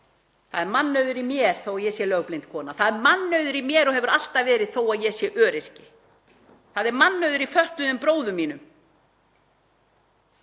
Það er mannauður í mér þó að ég sé lögblind kona. Það er mannauður í mér og hefur alltaf verið þó að ég sé öryrki. Það er mannauður í fötluðum bróður mínum,